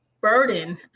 burden